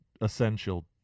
essential